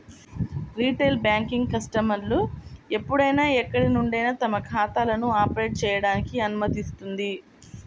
retail banking కస్టమర్లు ఎప్పుడైనా ఎక్కడి నుండైనా తమ ఖాతాలను ఆపరేట్ చేయడానికి అనుమతిస్తుంది